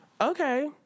Okay